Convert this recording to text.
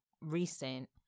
recent